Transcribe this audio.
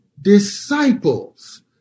disciples